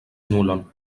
nulon